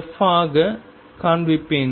af ஆக காண்பிப்பேன்